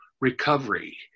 recovery